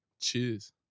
cheers